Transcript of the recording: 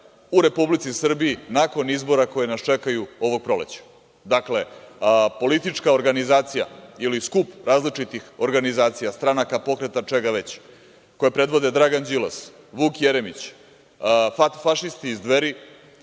u Republici Srbiji nakon izbora koji nas čekaju ovog proleća. Dakle, politička organizacija ili skup različitih organizacija, stranaka, pokreta, čega već, koju predvode Dragan Đilas, Vuk Jeremić, fašisti iz Dveri,